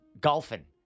golfing